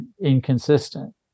inconsistent